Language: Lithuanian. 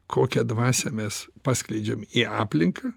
kokią dvasią mes paskleidžiam į aplinką